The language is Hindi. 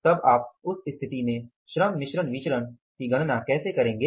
तब आप उस स्थिति में श्रम मिश्रण विचरण की गणना कैसे करेंगे